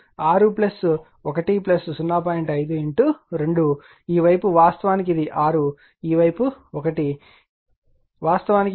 5 2 ఈ వైపు వాస్తవానికి ఇది 6 ఈ వైపు 1 ఈ వైపు వాస్తవానికి ఇది 0